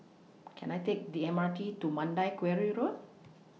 Can I Take The M R T to Mandai Quarry Road